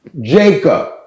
Jacob